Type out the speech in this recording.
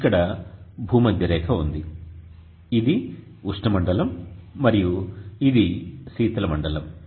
ఇక్కడ భూమధ్య రేఖ ఉంది ఇది ఉష్ణమండలం మరియు ఇది శీతల మండలం